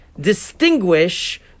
distinguish